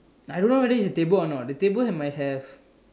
I don't know whether is the table a not the table have might have